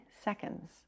seconds